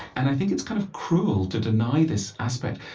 and i think it's kind of cruel to deny this aspect.